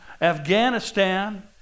Afghanistan